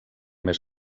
més